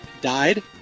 died